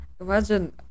Imagine